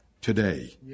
today